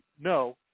No